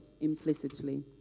implicitly